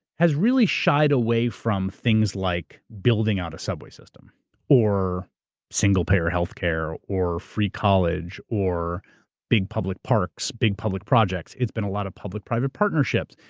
has really shied away from things like building out a subway system or single-parent healthcare or free college or big public parks, big public projects. it's been a lot of public private partnerships.